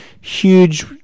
huge